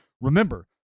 remember